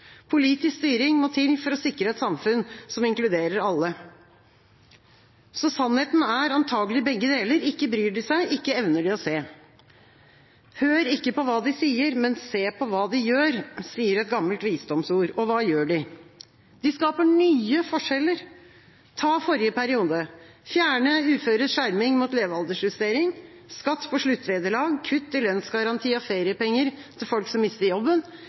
Politisk styring må til for å sikre et samfunn som inkluderer alle. Sannheten er antakelig begge deler – ikke bryr de seg, ikke evner de å se. Hør ikke på hva de sier, men se på hva de gjør, sier et gammelt visdomsord. Og hva gjør de? De skaper nye forskjeller. Ta forrige periode: fjerne uføres skjerming mot levealdersjustering, skatt på sluttvederlag, kutt i lønnsgaranti og feriepenger til folk som mister jobben,